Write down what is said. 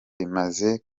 bimaze